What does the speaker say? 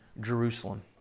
Jerusalem